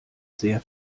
sehr